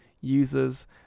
users